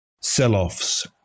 sell-offs